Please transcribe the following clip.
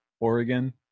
Oregon